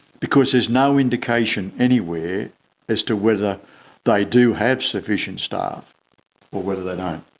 because there's no indication anywhere as to whether they do have sufficient staff or whether they don't.